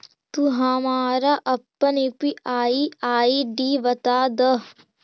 तू हमारा अपन यू.पी.आई आई.डी बता दअ